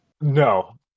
No